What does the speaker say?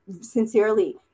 sincerely